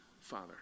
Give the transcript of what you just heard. Father